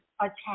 attack